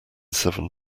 seven